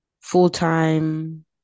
full-time